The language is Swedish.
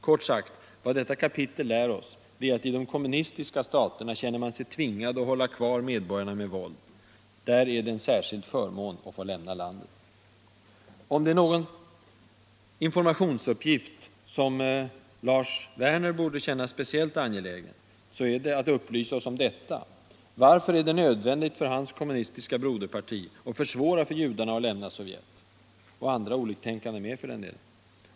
Kort sagt: vad detta kapitel lär oss är att i de kommunistiska staterna känner man sig tvingad att hålla kvar medborgarna med våld. Där är det en särskild förmån att få lämna landet! Om det är någon informationsuppgift som Lars Werner borde känna som speciellt angelägen, är det att upplysa oss om detta: Varför är det nödvändigt för hans kommunistiska broderparti att försvåra för judarna att lämna Sovjet - och andra oliktänkande med för den delen?